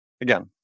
Again